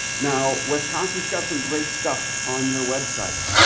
now, wisconsin's got some great stuff on your website.